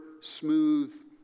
smooth